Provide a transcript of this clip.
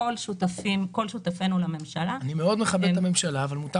כל שותפינו לממשלה --- אני מכבד מאוד את הממשלה אבל מותר